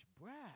Brad